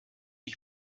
ich